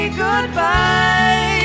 goodbye